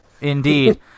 Indeed